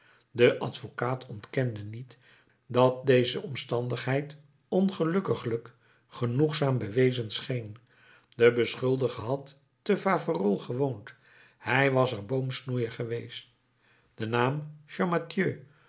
de advocaat ontkende niet dat deze omstandigheid ongelukkiglijk genoegzaam bewezen scheen de beschuldigde had te faverolles gewoond hij was er boomsnoeier geweest de naam